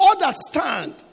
understand